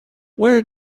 where